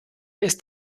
ist